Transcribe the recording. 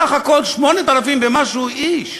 סך הכול 8,000 ומשהו איש.